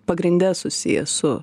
pagrinde susiję su